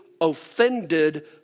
offended